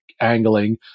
angling